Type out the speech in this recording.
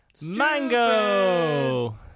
Mango